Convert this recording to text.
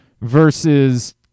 versus